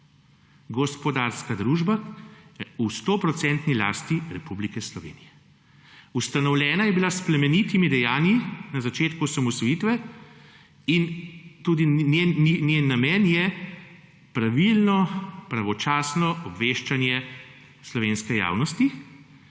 gospodarska družba v 100 % lasti Republike Slovenije. Ustanovljena je bila s plemenitimi dejanji na začetku osamosvojitve in tudi njen namen je pravilno, pravočasno obveščanje slovenske javnosti